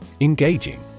Engaging